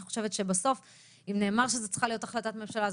אני חושבת שבסוף אם נאמר שזאת צריכה להיות החלטת ממשלה,